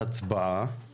צהריים טובים.